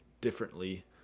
differently